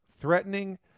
threatening